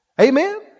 Amen